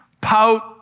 pout